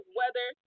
weather